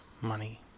money